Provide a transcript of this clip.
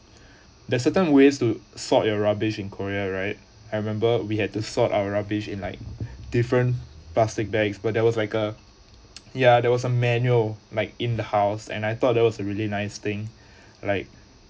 the certain ways to sort your rubbish in korea right I remember we had to sort our rubbish in like different plastic bags but there was like a ya there was a manual like in the house and I thought that was a really nice thing like